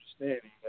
understanding